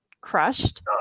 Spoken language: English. crushed